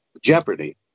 jeopardy